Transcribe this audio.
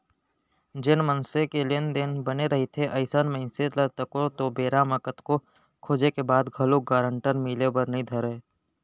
जेन मनसे के लेन देन बने रहिथे अइसन मनसे ल तको तो बेरा म कतको खोजें के बाद घलोक गारंटर मिले बर नइ धरय